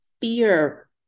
fear